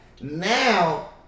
now